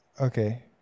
Okay